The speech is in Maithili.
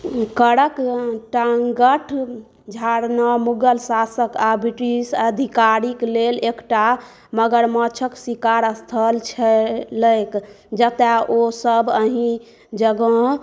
करकटगढ़ झरना मुगल शासक आ ब्रिटिश अधिकारीक लेल एकटा मगरमच्छक शिकार स्थल छलैक जतय ओ सब एहि जगह